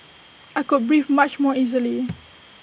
I could breathe much more easily